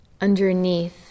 underneath